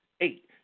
eight